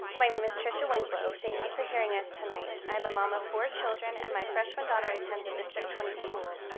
my name is tricia winslow. thank you for hearing us tonight. i'm a mom of four children and my freshman daughter attends a district twenty school.